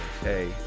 Hey